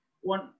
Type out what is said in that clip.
one